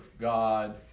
God